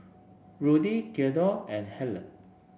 Rudy Thedore and Hale